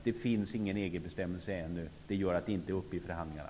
Det finns ännu ingen EG-bestämmelse, vilket gör att frågan inte har tagits upp i förhandlingarna.